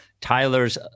tyler's